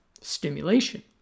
stimulation